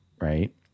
Right